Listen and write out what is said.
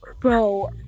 Bro